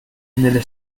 nelle